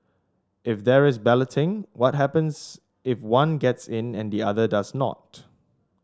if there is balloting what happens if one gets in and the other does not